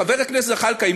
חבר הכנסת זחאלקה,